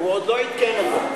הוא עוד לא עדכן אותו.